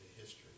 history